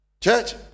Church